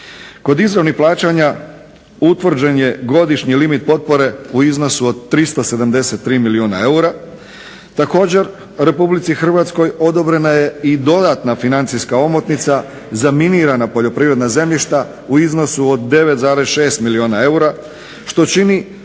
Kod izravnih plaćanja utvrđen je godišnji limit potpore u iznosu o d 373 milijuna eura, također Republici Hrvatskoj odobrena je dodatna financijska omotnica za minirana poljoprivredna zemljišta u iznosu od 9.6 milijuna eura što čini